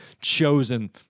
chosen